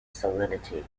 salinity